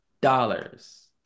dollars